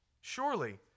Surely